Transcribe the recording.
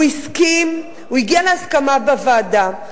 הוא הגיע להסכמה בוועדה,